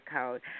code